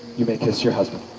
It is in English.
you may kiss your husband.